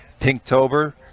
Pinktober